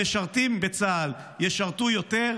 המשרתים בצה"ל ישרתו יותר,